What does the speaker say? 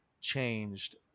changed